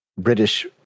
British